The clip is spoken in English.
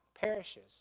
perishes